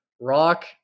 Rock